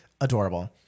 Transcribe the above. adorable